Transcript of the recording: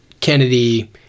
Kennedy